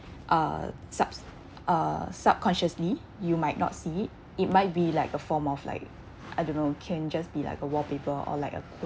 uh sub~ uh subconsciously you might not see it it might be like a form of like I don't know can just be like a wallpaper or like a